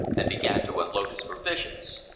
and began to unload his provisions.